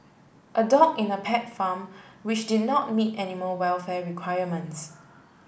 a dog in a pet farm which did not meet animal welfare requirements